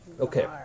Okay